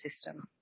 system